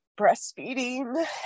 breastfeeding